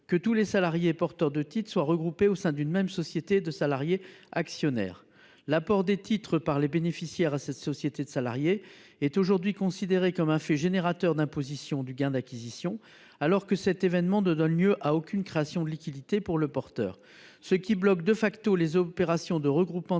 que tous les salariés porteurs de titres soient regroupés au sein d’une même société de salariés actionnaires. L’apport de titres à cette société par les bénéficiaires est pour l’instant considéré comme un fait générateur d’imposition du gain d’acquisition, alors que cet événement ne donne lieu à aucune création de liquidité pour le porteur. Cet état de fait bloque les opérations de regroupement